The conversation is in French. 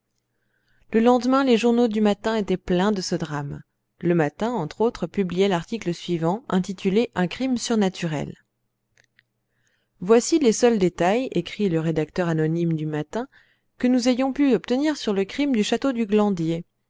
le lendemain les journaux du matin étaient pleins de ce drame le matin entre autres publiait l'article suivant intitulé un crime surnaturel voici les seuls détails écrit le rédacteur anonyme du matin que nous ayons pu obtenir sur le crime du château du glandier